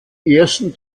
ersten